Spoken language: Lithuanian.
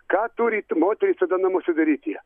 ką turit moterys tada namuose daryti